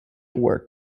work